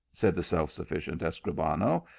said the self-sufficient escribano,